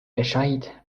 bescheid